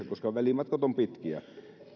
koska välimatkat ovat pitkiä